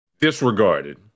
disregarded